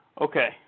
Okay